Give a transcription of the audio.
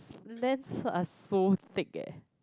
lenses are so thick eh